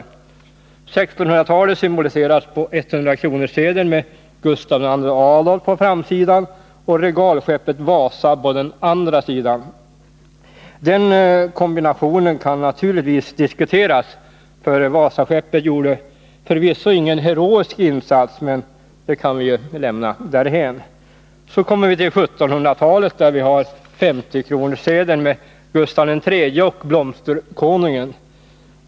1600-talet symboliseras på 100-kronorssedeln med Gustav II Adolf på framsidan och regalskeppet Vasa på den andra sidan. Den kombinationen kan naturligtvis diskuteras, för Vasaskeppet gjorde förvisso ingen heroisk insats, men det kan vi lämna därhän. Så kommer vi till 1700-talet, där vi har 50-kronorssedeln med Gustav III och blomsterkonungen.